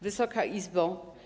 Wysoka Izbo!